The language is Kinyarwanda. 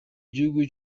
gihugu